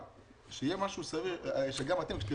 שיהיה משהו סביר גם אתם,